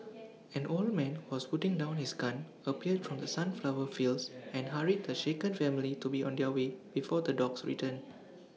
an old man who was putting down his gun appeared from the sunflower fields and hurried the shaken family to be on their way before the dogs return